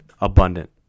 abundant